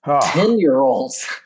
Ten-year-olds